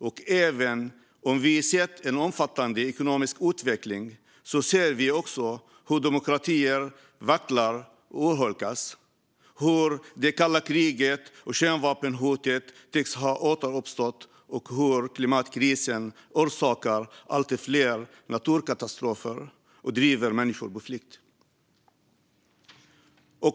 Och även om vi har sett en omfattande ekonomisk utveckling ser vi också hur demokratier vacklar och urholkas, hur kalla kriget och kärnvapenhotet tycks ha återuppstått och hur klimatkrisen orsakar allt fler naturkatastrofer och driver människor på flykt.